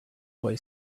boy